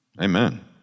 Amen